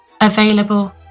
available